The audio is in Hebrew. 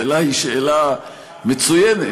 השאלה היא שאלה מצוינת,